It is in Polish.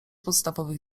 podstawowych